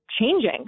changing